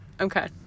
Okay